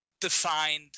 defined